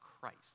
Christ